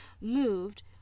moved